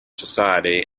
society